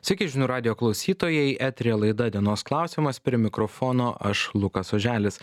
sveiki žinių radijo klausytojai eteryje laida dienos klausimas prie mikrofono aš lukas oželis